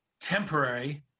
temporary